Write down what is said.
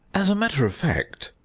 as a matter of fact.